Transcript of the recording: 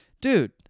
dude